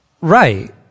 Right